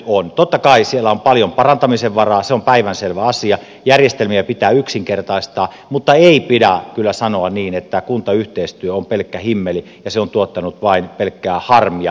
totta kai siellä on paljon parantamisen varaa se on päivänselvä asia järjestelmiä pitää yksinkertaistaa mutta ei pidä kyllä sanoa niin että kuntayhteistyö on pelkkä himmeli ja se on tuottanut pelkkää harmia